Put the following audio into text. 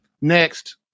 Next